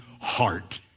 heart